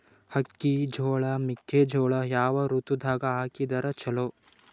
ಅಕ್ಕಿ, ಜೊಳ, ಮೆಕ್ಕಿಜೋಳ ಯಾವ ಋತುದಾಗ ಹಾಕಿದರ ಚಲೋ?